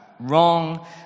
wrong